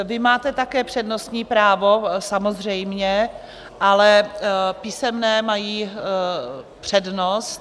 Vy máte také přednostní právo samozřejmě, ale písemné mají přednost.